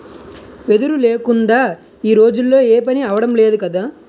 వెదురు లేకుందా ఈ రోజుల్లో ఏపనీ అవడం లేదు కదా